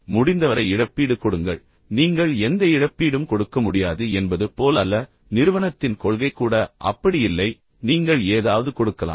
எனவே முடிந்தவரை இழப்பீடு கொடுங்கள் நீங்கள் எந்த இழப்பீடும் கொடுக்க முடியாது என்பது போல் அல்ல நிறுவனத்தின் கொள்கை கூட அப்படி இல்லை ஆனால் நீங்கள் ஏதாவது கொடுக்கலாம்